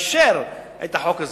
הוא אישר את החוק הזה.